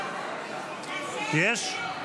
יש?